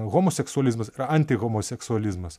homoseksualizmas ir antihomoseksualizmas